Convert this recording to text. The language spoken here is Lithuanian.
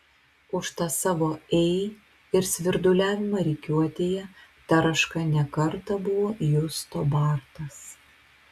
už tą savo ei ir svirduliavimą rikiuotėje taraška ne kartą buvo justo bartas